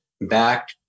back